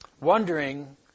wondering